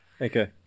Okay